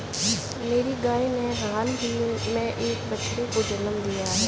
मेरी गाय ने हाल ही में एक बछड़े को जन्म दिया